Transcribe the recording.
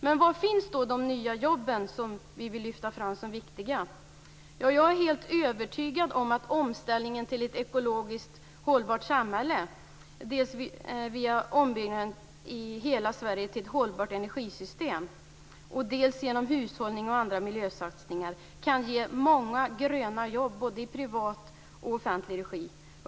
Men var finns då de nya jobben som vi vill lyfta fram som viktiga? Jag är helt övertygad om att omställningen till ett ekologiskt hållbart samhälle, dels via ombyggnaden i hela Sverige till ett hållbart energisystem, dels genom hushållning och andra miljösatsningar, kan ge många gröna jobb både i privat och i offentlig regi.